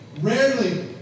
Rarely